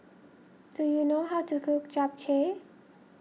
do you know how to cook Japchae